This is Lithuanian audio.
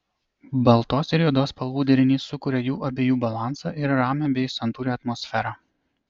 baltos ir juodos spalvų derinys sukuria jų abiejų balansą ir ramią bei santūrią atmosferą